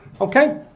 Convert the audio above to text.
okay